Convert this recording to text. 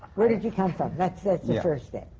where did you come from? that's the the first step.